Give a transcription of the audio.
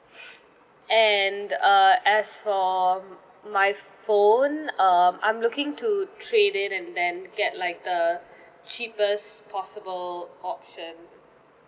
and uh as for my phone um I'm looking to trade in and then get like the cheapest possible option